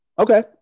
Okay